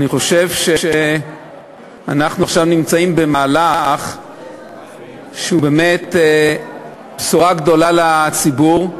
אני חושב שאנחנו נמצאים עכשיו במהלך שהוא באמת בשורה גדולה לציבור,